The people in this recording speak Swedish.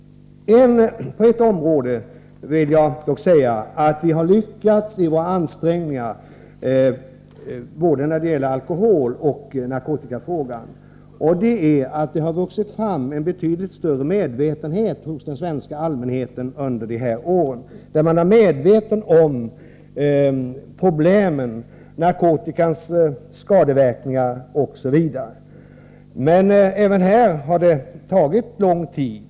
På ett område vill jag nog säga att vi har lyckats i våra ansträngningar angående alkoholoch narkotikafrågan. Det har nämligen vuxit fram en betydligt större medvetenhet hos den svenska allmänheten under dessa år. Människor är medvetna om problemen — narkotikans skadeverkningar osv. Men det har tagit lång tid.